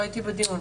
לא הייתי בדיון.